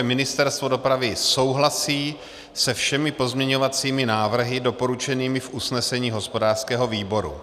Ministerstvo dopravy souhlasí se všemi pozměňovacími návrhy doporučenými v usnesení hospodářského výboru.